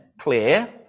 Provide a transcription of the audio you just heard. clear